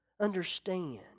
understand